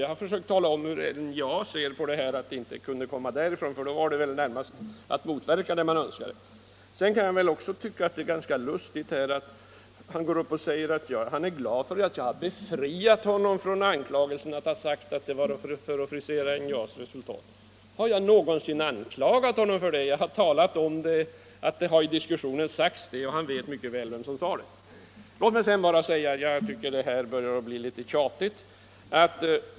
Jag har försökt tala om hur NJA ser på detta och att förslaget inte kunde komma därifrån, eftersom det närmast skulle motverka det man önskade åstadkomma. Jag tycker att det är ganska lustigt att herr Gustafsson säger att han är glad över att jag befriade honom från anklagelsen att han skulle ha sagt någonting om frisering av NJA:s resultat. Har jag någonsin anklagat honom för det? Jag talade om att detta har sagts i diskussionen, och han vet mycket väl vem som sade det. Jag tycker att det här börjar bli litet tjatigt.